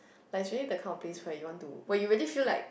like it's really the kind of place where you want to where you really feel like